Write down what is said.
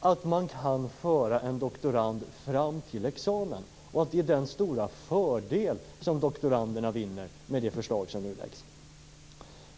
att föra en doktorand fram till examen och att detta är en stor fördel som doktoranderna vinner med det förslag som nu läggs fram.